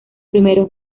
primeros